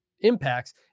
impacts